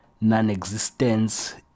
non-existence